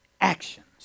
actions